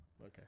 Okay